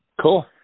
Cool